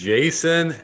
Jason